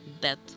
death